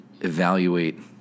evaluate